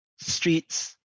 streets